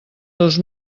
dos